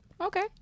Okay